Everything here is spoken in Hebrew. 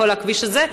כל הכביש הזה,